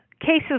Cases